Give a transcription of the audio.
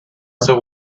civil